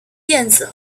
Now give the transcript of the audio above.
电子